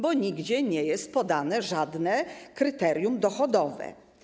Bo nigdzie nie jest podane żadne kryterium dochodowe.